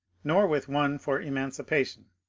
nor with one for emancipation.